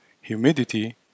humidity